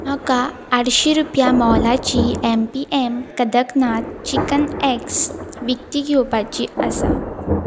म्हाका आठशीं रुपया मोलाची M P M Kadaknath chicken eggs विकती घेवपाची आसा